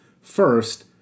First